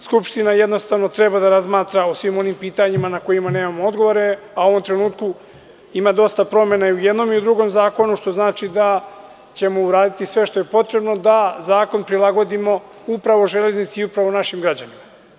Skupština jednostavno treba da razmatra sva ona pitanja na koja nemamo odgovore, a u ovom trenutku ima dosta promena i u jednom i u drugom zakonu što znači da ćemo uraditi sve što je potrebno da zakon prilagodimo upravo železnici i upravo našim građanima.